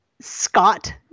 scott